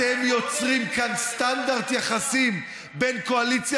אתם יוצרים כאן סטנדרט יחסים בין קואליציה